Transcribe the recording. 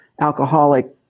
alcoholic